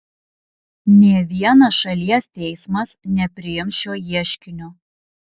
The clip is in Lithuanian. nė vienas šalies teismas nepriims šio ieškinio